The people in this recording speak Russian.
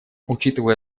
учитывая